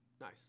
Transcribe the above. Nice